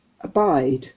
abide